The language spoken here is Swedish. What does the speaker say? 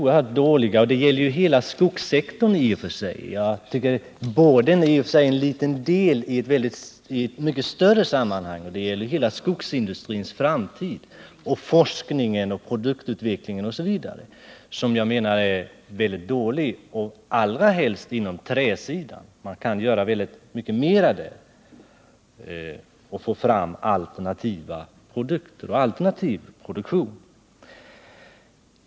e Boarden är en liten del i ett mycket större sammanhang. Det gäller hela skogsindustrins framtid. Den forskning och produktutveckling osv. som bedrivs där menar jag är mycket dålig, allra helst på träsidan. Man kan göra mycket mer där och få fram alternativ produktion.